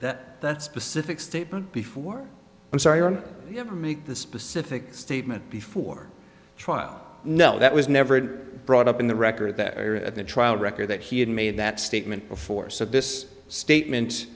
that that specific statement before i'm sorry never make the specific statement before trial no that was never brought up in the record that at the trial record that he had made that statement before so this statement